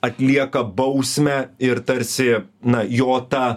atlieka bausmę ir tarsi na jo tą